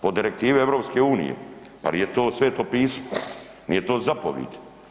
Po direktivi EU, pa nije to sveto pismo, nije to zapovid.